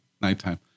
nighttime